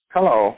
Hello